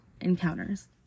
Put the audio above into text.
encounters